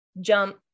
jump